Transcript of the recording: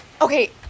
Okay